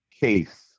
case